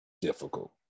Difficult